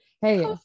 Hey